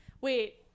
Wait